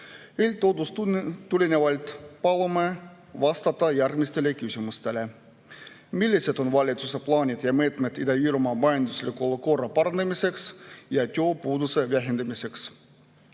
Eeltoodust tulenevalt palume vastata järgmistele küsimustele. Millised on valitsuse plaanid ja meetmed Ida-Virumaa majandusliku olukorra parandamiseks ja tööpuuduse vähendamiseks?